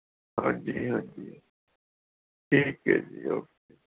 ਹਾਂਜੀ ਹਾਂਜੀ ਠੀਕ ਹੈ ਜੀ ਉਕੇ